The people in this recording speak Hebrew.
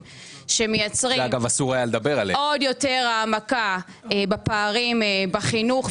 שמייצרים עוד יותר העמקה של פערים בחינוך,